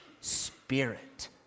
Spirit